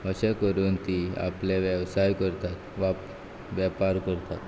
अशें करून तीं आपले वेवसाय करतात वा वेपार करतात